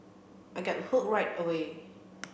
I got hooked right away